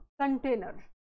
container